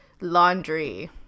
laundry